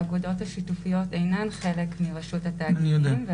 האגודות השיתופיות אינן חלק מרשות התאגידים.